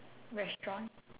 restaurant